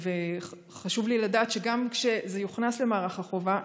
חשוב לי לדעת שגם כשזה יוכנס למערך החובה,